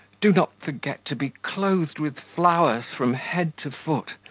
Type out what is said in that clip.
do not forget to be clothed with flowers from head to foot.